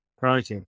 right